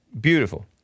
Beautiful